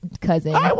cousin